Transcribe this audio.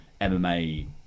MMA